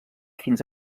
fins